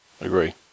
Agree